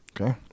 Okay